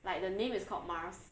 like the name is called mars